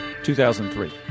2003